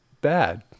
bad